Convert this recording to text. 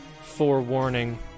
forewarning